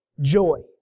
joy